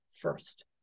first